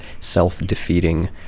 self-defeating